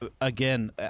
Again